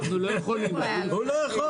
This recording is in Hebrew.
אנחנו לא יכולים, אנחנו מפוקחים.